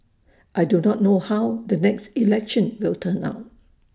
I do not know how the next election will turn out